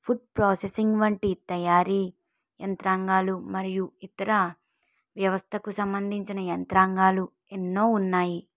food processing వంటి తయారీ యంత్రాంగాలు మరియు ఇతర వ్యవస్థకు సంబంధించిన యంత్రాంగాలు ఎన్నో ఉన్నాయి